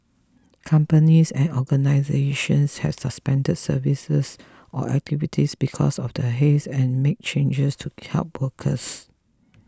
companies and organisations have suspended services or activities because of the haze and made changes to help workers